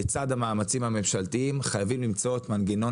לצד המאמצים הממשלתיים חייבים למצוא את מנגנון